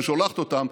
ששולחת אותם,